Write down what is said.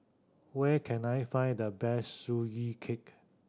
where can I find the best Sugee Cake